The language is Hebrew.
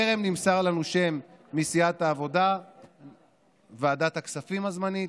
טרם נמסר לנו שם מסיעת העבודה לוועדת הכספים הזמנית,